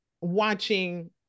watching